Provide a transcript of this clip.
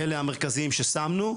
אלה המרכזיים ששמנו.